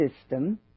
system